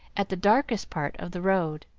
at the darkest part of the road.